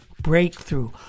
breakthrough